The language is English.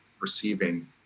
receiving